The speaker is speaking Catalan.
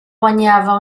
guanyava